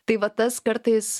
tai va tas kartais